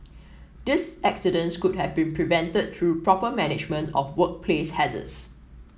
these accidents could have been prevented through proper management of workplace hazards